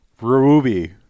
Ruby